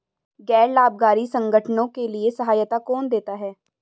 गैर लाभकारी संगठनों के लिए सहायता कौन देता है?